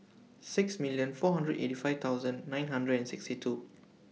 sixty million four hundred eighty five thousand nine hundred and sixty two